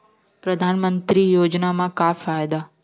परधानमंतरी योजना म का फायदा?